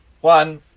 One